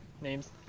names